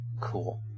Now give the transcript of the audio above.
Cool